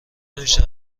نمیشه